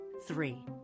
Three